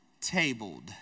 Tabled